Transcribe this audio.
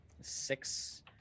six